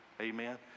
Amen